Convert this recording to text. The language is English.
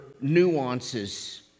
nuances